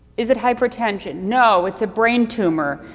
is it hypertension? no, it's a brain tumor.